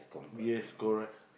yes correct